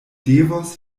devos